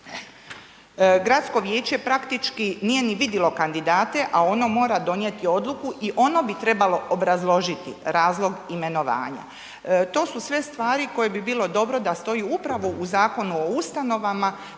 Gradsko viječe praktički nije ni vidjelo kandidate a ono mora donijeti odluku i oni bi trebalo obrazložiti razlog imenovanja. To su sve stvari koje bi bilo dobro da stoje upravo u Zakonu o ustanovama